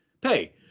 Pay